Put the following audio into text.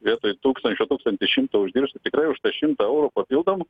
vietoj tūkstančio tūkstantį šimtą uždirbsi tikrai už tą šimtą eurų papildomų